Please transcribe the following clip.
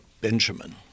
Benjamin